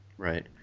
Right